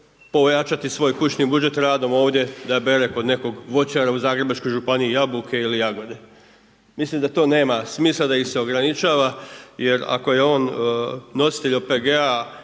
pojačati svoj kućni budžet radom ovdje da bere kod nekog voćara u Zagrebačkoj županiji jabuke ili jagode? Mislim da to nema smisla da ih se ograničava jer ako je on nositelj OPG-a